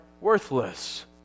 worthless